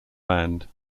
band